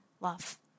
love